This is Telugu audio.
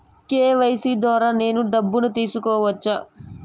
కె.వై.సి ద్వారా నేను డబ్బును తీసుకోవచ్చా?